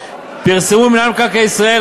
פרסמו מינהל מקרקעי ישראל,